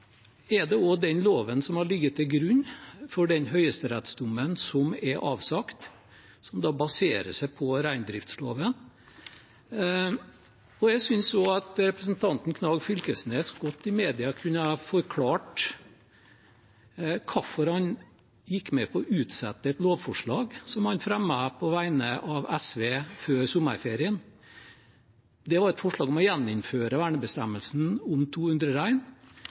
er det også den loven som har ligget til grunn for den høyesterettsdommen som er avsagt, og som baserer seg på reindriftsloven. Jeg synes også at representanten Knag Fylkesnes i mediene godt kunne ha forklart hvorfor han gikk med på å utsette et lovforslag som han fremmet på vegne av SV før sommerferien. Det var et forslag om å gjeninnføre vernebestemmelsene om 200 rein.